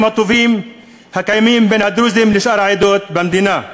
הטובים הקיימים בין הדרוזים לשאר העדות במדינה.